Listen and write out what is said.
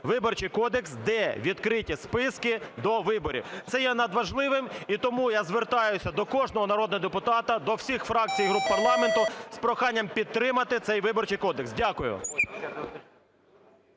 Виборчий кодекс, де відкриті списки до виборів, це є надважливим. І тому я звертаюся до кожного народного депутата, до всіх фракцій і груп парламенту з проханням підтримати цей Виборчий кодекс. Дякую.